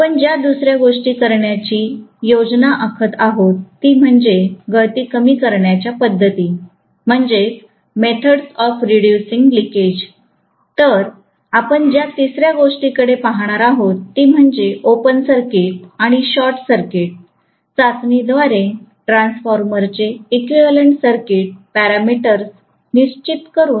आपण ज्या दुसऱ्या गोष्टी करण्याची योजना आखत आहोत ती म्हणजे गळती कमी करण्याच्या पद्धती तर आपण ज्या तिसऱ्या गोष्टीकडे पाहणार आहोत ती म्हणजे ओपन सर्किट आणि शॉर्ट सर्किट चाचणी द्वारे ट्रान्सफॉर्मर चे इक्विवैलेन्ट सर्किट पॅरामीटर्स निश्चित करुन